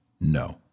no